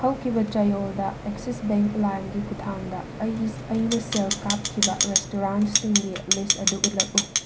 ꯍꯧꯈꯤꯕ ꯆꯌꯣꯜꯗ Axis bank ꯂꯥꯏꯝꯒꯤ ꯈꯨꯠꯊꯥꯡꯗ ꯑꯩꯒꯤ ꯑꯩꯅ ꯁꯦꯜ ꯀꯥꯞꯈꯤꯕ ꯔꯦꯁꯇꯨꯔꯥꯟꯁꯤꯡꯒꯤ ꯂꯤꯁ ꯑꯗꯨ ꯎꯠꯂꯛꯎ